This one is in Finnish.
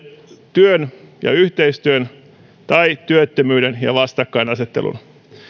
työn ja yhteistyön tai työttömyyden ja vastakkainasettelun